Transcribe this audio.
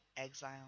Exile